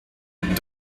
during